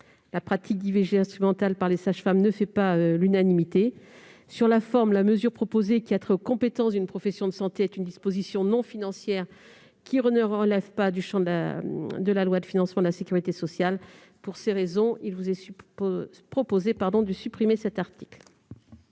La pratique d'IVG instrumentales par les sages-femmes ne fait pas l'unanimité. Sur la forme, la mesure proposée, qui a trait aux compétences d'une profession de santé, est une disposition non financière, qui ne relève donc pas du champ de la loi de financement de la sécurité sociale. Pour ces raisons, il vous est proposé de supprimer cet article.